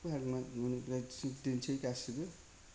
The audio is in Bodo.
जा माइ मोनो बिराद थियो गासिबो